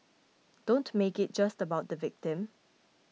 don't make it just about the victim